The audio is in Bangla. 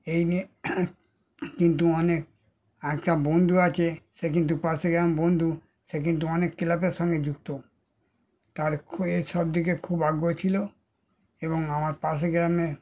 এই নিয়ে কিন্তু অনেক একটা বন্ধু আছে সে কিন্তু পাশের গ্রামের বন্ধু সে কিন্তু অনেক ক্লাবের সঙ্গে যুক্ত তার খুব এর সব দিকে খুব আগ্রহ ছিল এবং আমার পাশের গ্রামে